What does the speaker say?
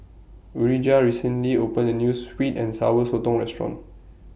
Urijah recently opened A New Sweet and Sour Sotong Restaurant